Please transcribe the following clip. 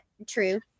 True